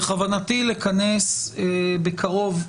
בכוונתי לכנס בקרוב,